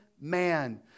man